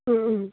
ও ও